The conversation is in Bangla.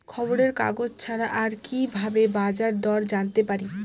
খবরের কাগজ ছাড়া আর কি ভাবে বাজার দর জানতে পারি?